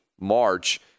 March